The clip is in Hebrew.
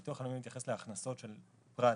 אבל הביטוח הלאומי מתייחס להכנסות של פרט